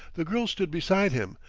the girl stood beside him,